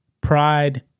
pride